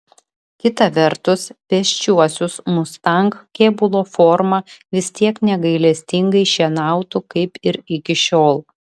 kita vertus pėsčiuosius mustang kėbulo forma vis tiek negailestingai šienautų kaip ir iki šiol